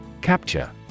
Capture